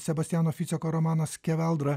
sebastiano ficeko romanas skeveldra